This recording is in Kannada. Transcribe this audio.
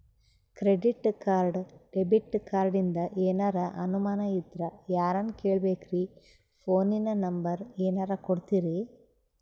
ಕ್ರೆಡಿಟ್ ಕಾರ್ಡ, ಡೆಬಿಟ ಕಾರ್ಡಿಂದ ಏನರ ಅನಮಾನ ಇದ್ರ ಯಾರನ್ ಕೇಳಬೇಕ್ರೀ, ಫೋನಿನ ನಂಬರ ಏನರ ಕೊಡ್ತೀರಿ?